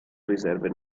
riserve